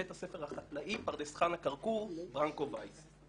בית הספר החקלאי פרדס חנה-כרכור ברנקו וייס.